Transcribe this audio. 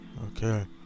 Okay